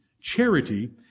Charity